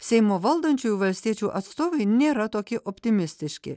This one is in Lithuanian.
seimo valdančiųjų valstiečių atstovai nėra tokie optimistiški